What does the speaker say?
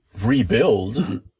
rebuild